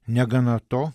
negana to